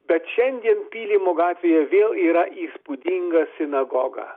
bet šiandien pylimo gatvėje vėl yra įspūdinga sinagoga